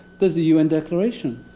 there's the un declaration.